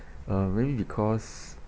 uh maybe because